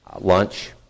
lunch